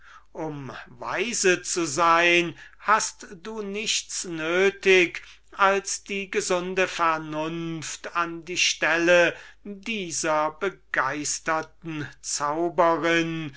um weise zu sein hast du nichts nötig als die gesunde vernunft an die stelle dieser begeisterten zauberin